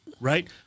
right